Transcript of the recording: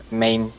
main